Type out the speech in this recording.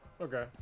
Okay